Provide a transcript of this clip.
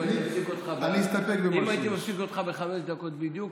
אם הייתי מפסיק אותך בחמש דקות בדיוק,